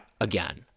again